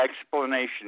explanation